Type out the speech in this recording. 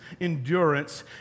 endurance